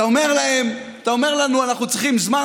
אתה אומר לנו: אנחנו צריכים זמן,